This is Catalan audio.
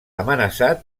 amenaçat